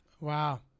Wow